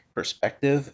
perspective